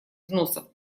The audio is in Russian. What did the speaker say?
взносов